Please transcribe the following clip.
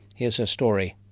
here's her story.